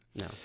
No